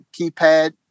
keypad